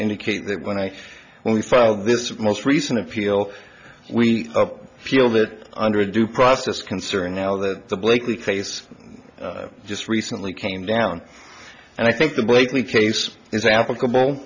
indicate that when i when we found this most recent appeal we feel that under due process concern now that the blakely case just recently came down and i think the blakely case is applicable